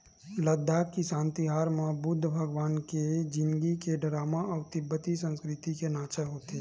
लद्दाख किसान तिहार म बुद्ध भगवान के जिनगी के डरामा अउ तिब्बती संस्कृति के नाचा होथे